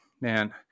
man